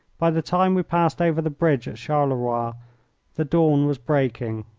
by the time we passed over the bridge at charleroi the dawn was breaking.